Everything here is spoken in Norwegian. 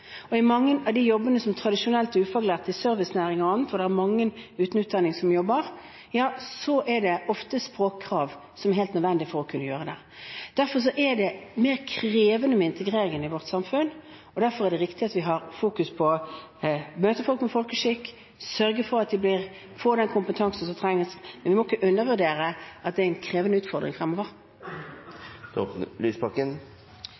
I mange av de jobbene som det tradisjonelt er ufaglærte – i bl.a. servicenæringen, hvor det er mange uten utdanning som jobber – er det ofte språkkrav, noe som er helt nødvendig. Derfor er det mer krevende med integrering i vårt samfunn, og derfor er det riktig at vi har fokus på å møte folk med folkeskikk, sørge for at de får den kompetansen som trengs, men vi må ikke undervurdere at det er en krevende utfordring fremover.